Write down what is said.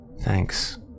Thanks